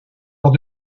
lors